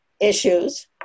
issues